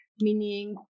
meaning